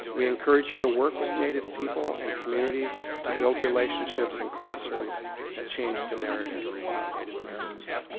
we encourage you to work with native people and communities to build relationships and classrooms that change the narrative about native americans.